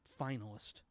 finalist